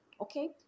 Okay